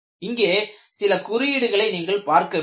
இங்கே சில குறியீடுகளை நீங்கள் பார்க்க வேண்டும்